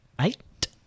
Eight